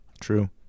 True